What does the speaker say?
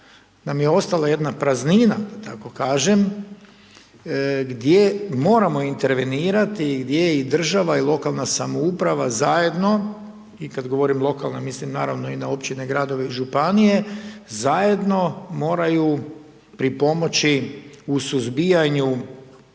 nam je ostala jedna praznina da tako kažem gdje moramo intervenirati i gdje i država i lokalna samouprava zajedno i kad govorim lokalna mislim naravno i na općine, gradove i županije, zajedno moraju pripomoći u suzbijanju